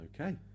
Okay